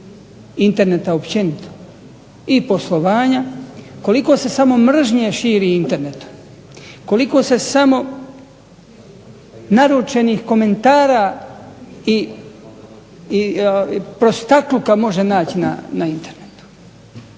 Interneta općenito, koliko se samo mržnje širi internetom, koliko se samo naručenih komentara i prostakluka može naći na internetu,